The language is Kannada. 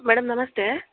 ಮೇಡಮ್ ನಮಸ್ತೆ